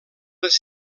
les